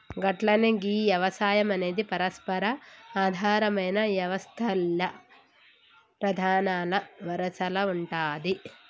గట్లనే గీ యవసాయం అనేది పరస్పర ఆధారమైన యవస్తల్ల ప్రధానల వరసల ఉంటాది